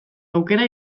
aukera